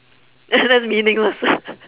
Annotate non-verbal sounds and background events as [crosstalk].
[noise] that's meaningless [noise]